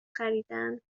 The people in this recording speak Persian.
خریدن